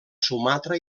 sumatra